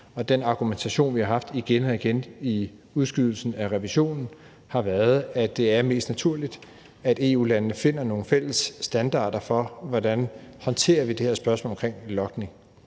og den argumentation, vi har haft igen og igen ved udskydelsen af revisionen, har været, at det er mest naturligt, at EU-landene finder nogle fælles standarder for, hvordan vi håndterer det her spørgsmål omkring logning.